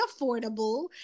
affordable